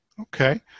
Okay